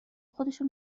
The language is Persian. خودشو